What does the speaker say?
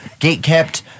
gatekept